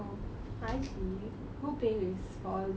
I see who pays for all these